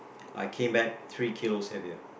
I came back three kilos heavier